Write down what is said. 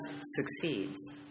succeeds